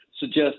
suggest